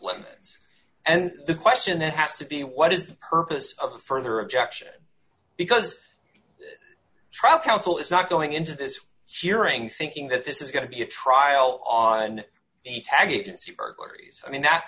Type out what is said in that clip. limits and the question that has to be what is the purpose of the further objection because traffic counsel is not going into this shearing thinking that this is going to be a trial on the tag agency burglaries i mean that